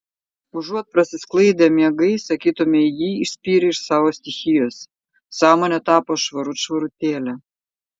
užuot prasisklaidę miegai sakytumei jį išspyrė iš savo stichijos sąmonė tapo švarut švarutėlė